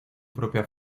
propia